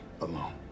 alone